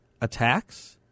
Attacks